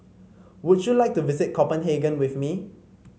would you like to visit Copenhagen with me